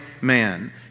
man